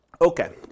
Okay